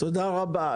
תודה רבה.